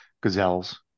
gazelles